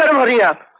hurry up,